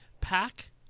pack